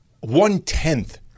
one-tenth